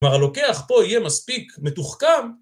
כלומר הלוקח פה יהיה מספיק מתוחכם.